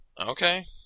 Okay